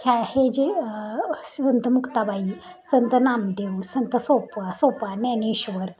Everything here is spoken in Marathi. ह्या हे जे संत मुक्ताबाई संत नामदेव संत सोप सोपान ज्ञानेश्वर